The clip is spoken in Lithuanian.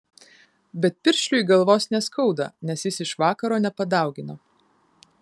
bet piršliui galvos neskauda nes jis iš vakaro nepadaugino